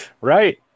Right